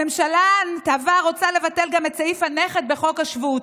הממשלה המתהווה רוצה לבטל גם את סעיף הנכד בחוק השבות,